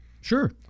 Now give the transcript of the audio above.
Sure